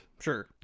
Sure